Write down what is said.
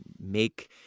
make